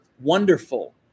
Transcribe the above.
wonderful